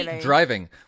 driving